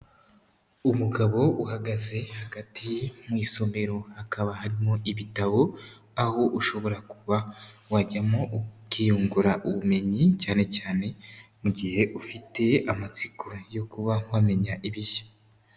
Umugabo uhagaze hagati mu isomero hakaba harimo, ibitabo aho ushobora kuba wajyamo ukiyungura ubumenyi, cyane cyane mu gihe ufite amatsiko yo kuba wamenya ibishya.